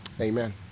Amen